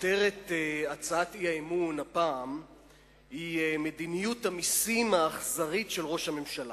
כותרת הצעת האי-אמון הפעם היא "מדיניות המסים האכזרית של ראש הממשלה".